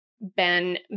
Ben